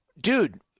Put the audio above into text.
dude